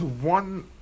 one